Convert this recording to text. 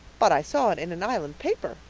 but i saw it in an island paper,